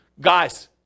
guys